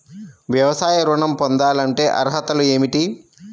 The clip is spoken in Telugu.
వ్యవసాయ ఋణం పొందాలంటే అర్హతలు ఏమిటి?